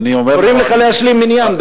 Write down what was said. קוראים לך להשלים מניין,